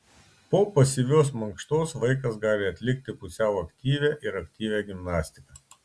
po pasyvios mankštos vaikas gali atlikti pusiau aktyvią ir aktyvią gimnastiką